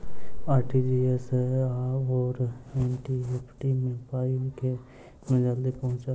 RTGS आओर NEFT मे पाई केँ मे जल्दी पहुँचत?